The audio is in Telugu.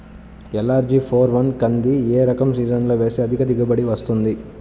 ఎల్.అర్.జి ఫోర్ వన్ కంది రకం ఏ సీజన్లో వేస్తె అధిక దిగుబడి వస్తుంది?